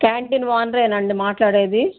canteen ఓనరా అండి మాట్లాడేది